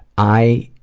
i.